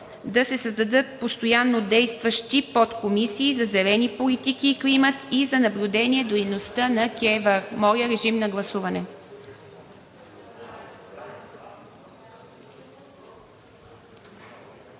да се създадат постоянно действащи подкомисии за зелени политики и климат; и за наблюдение дейността на КЕВР. Гласували